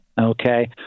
okay